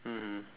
mmhmm